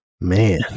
man